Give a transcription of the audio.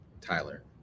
tyler